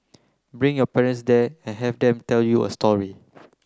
bring your parents there and have them tell you a story